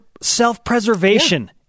self-preservation